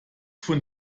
von